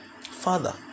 father